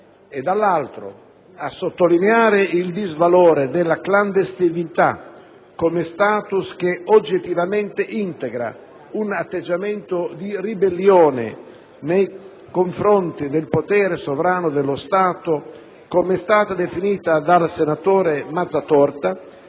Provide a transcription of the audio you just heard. e dall'altro a sottolineare il disvalore della clandestinità come *status* che oggettivamente integra un atteggiamento di ribellione nei confronti del potere sovrano dello Stato - come è stata definita dal senatore Mazzatorta